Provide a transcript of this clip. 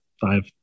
five